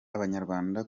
abanyarwanda